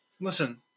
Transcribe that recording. listen